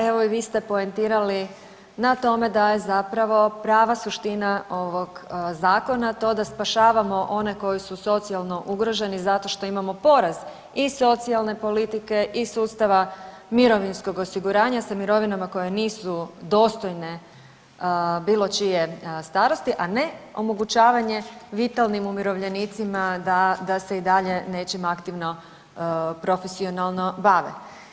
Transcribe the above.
Evo i vi ste poentirali na tome da je zapravo prava suština ovog zakona to da spašavamo one koji su socijalno ugroženi zato što imamo poraz i socijalne politike i sustava mirovinskog osiguranja sa mirovinama koje nisu dostojne bilo čije starosti, a ne omogućavanje vitalnim umirovljenicima da se i dalje nečim aktivno profesionalno bave.